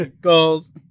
Goals